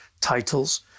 titles